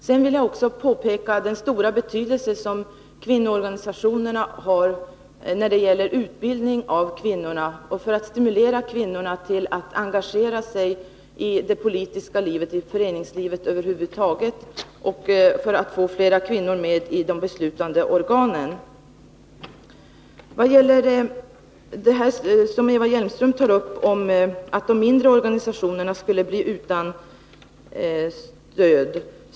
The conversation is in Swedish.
Jag vill också peka på den stora betydelse som kvinnoorganisationerna har när det gäller utbildning av kvinnorna och för att stimulera kvinnorna att engagera sig i det politiska livet och föreningslivet över huvud taget och få flera kvinnor med i de beslutande organen. Eva Hjelmström talar om att de mindre organisationerna skulle bli utan stöd.